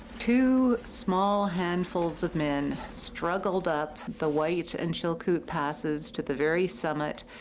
two small handfuls of men struggled up the white and chilkoot passes to the very summit.